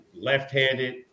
left-handed